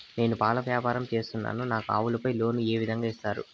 నేను పాల వ్యాపారం సేస్తున్నాను, నాకు ఆవులపై లోను ఏ విధంగా ఇస్తారు